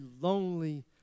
lonely